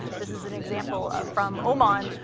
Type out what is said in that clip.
this is an example ah from oman,